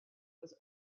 was